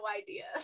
idea